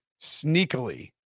sneakily